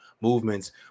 movements